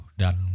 dan